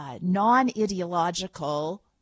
non-ideological